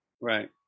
Right